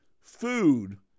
food